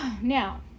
Now